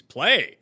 Play